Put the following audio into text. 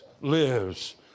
lives